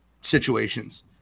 situations